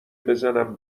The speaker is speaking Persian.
بزنم